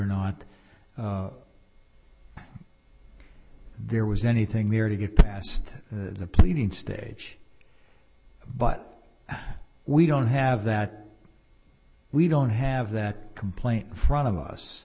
not there was anything there to get past the pleading stage but we don't have that we don't have that complaint in front of us